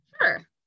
sure